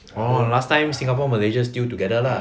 I know last time singapore malaysia still together lah